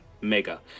Mega